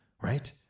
right